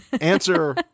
Answer